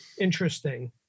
Interesting